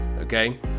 Okay